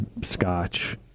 scotch